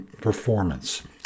performance